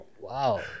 Wow